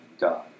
God